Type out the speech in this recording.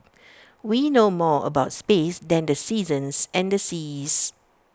we know more about space than the seasons and the seas